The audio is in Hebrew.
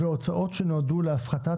הוצאות שנועדו להפחתת